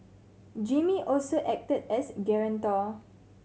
Jimmy also acted as a guarantor